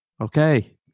Okay